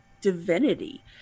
divinity